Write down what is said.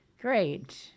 Great